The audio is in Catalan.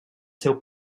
seu